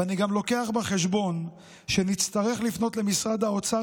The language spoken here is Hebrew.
ואני גם לוקח בחשבון שנצטרך לפנות למשרד האוצר